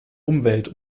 umwelt